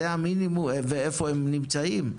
זה המינימום ואיפה הם נמצאים.